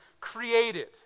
created